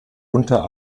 unter